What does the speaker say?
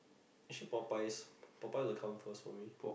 actually Popeyes Popeyes will come first for me